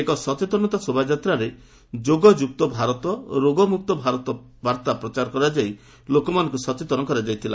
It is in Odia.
ଏକ ସଚେତନତା ଶୋଭାଯାତ୍ରାରେ ଯୋଗଯୁକ୍ତ ଭାରତ ରୋଗମୁକ୍ତ ଭାରତ ବାର୍ତ୍ତା ପ୍ରଚାର କରାଯାଇ ଲୋକଙ୍କୁ ସଚେତନ କରାଯାଇଥିଲା